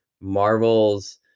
Marvel's